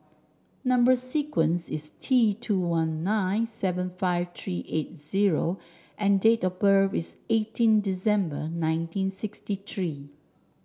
number sequence is T two one nine seven five three eight zero and date of birth is eighteen December nineteen sixty three